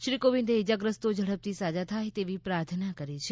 શ્રી કોવિંદે ઇજાગ્રસ્તો ઝડપી સાજા થાય તેવી પ્રાર્થના કરી છે